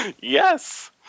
Yes